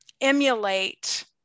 emulate